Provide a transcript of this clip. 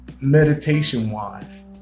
meditation-wise